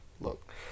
Look